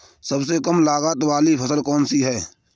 सबसे कम लागत वाली फसल कौन सी है?